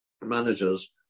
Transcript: managers